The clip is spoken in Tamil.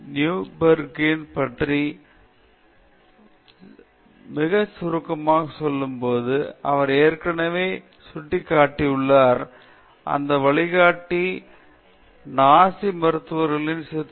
மேலும் நாம் நுரெம்பெர்கின் சோதனைகளை பற்றி பேசும்போது நியூரம்பெர்க் பற்றி மிகச் சுருக்கமாகப் பற்றி பேசும்போது நான் ஏற்கனவே சுட்டிக்காட்டியுள்ளேன் இந்த வழிகாட்டிகள் நாசி மருத்துவர்களின் சித்திரவதை முகாம்களில் நடத்தப்பட்ட மருத்துவ பரிசோதனைகளை ஆய்வு செய்துள்ளன